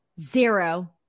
Zero